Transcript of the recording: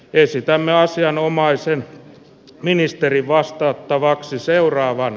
esitämme asianomaisen ministerin vastattavaksi seuraavaan